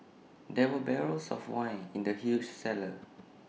there were barrels of wine in the huge cellar